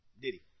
Diddy